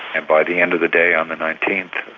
and by the end of the day, on the nineteenth,